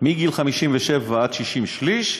מגיל 57 עד 60, שליש,